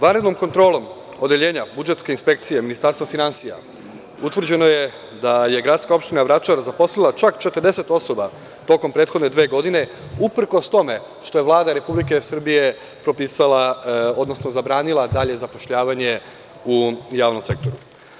Vanrednom kontrolom odeljenja budžetske inspekcije Ministarstva finansija, utvrđeno je da je gradska opština Vračar zaposlila čak 40 osoba tokom prethodne dve godine, uprkos tome što je Vlada Republike Srbije propisala, odnosno zabranila dalje zapošljavanje u javnom sektoru.